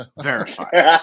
Verified